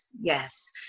Yes